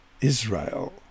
Israel